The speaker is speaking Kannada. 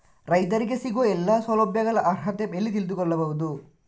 ರೈತರಿಗೆ ಸಿಗುವ ಎಲ್ಲಾ ಸೌಲಭ್ಯಗಳ ಅರ್ಹತೆ ಎಲ್ಲಿ ತಿಳಿದುಕೊಳ್ಳಬಹುದು?